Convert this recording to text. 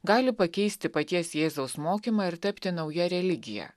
gali pakeisti paties jėzaus mokymą ir tapti nauja religija